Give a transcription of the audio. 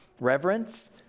reverence